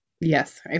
Yes